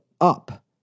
up